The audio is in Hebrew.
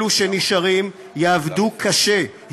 אלו שנשארים יעבדו קשה,